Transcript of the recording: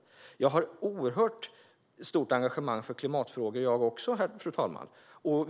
Också jag har ett oerhört stort engagemang för klimatfrågor, fru talman.